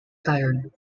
tired